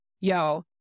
yo